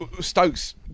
Stokes